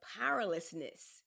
powerlessness